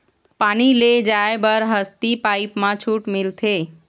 पानी ले जाय बर हसती पाइप मा छूट मिलथे?